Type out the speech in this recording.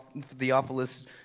Theophilus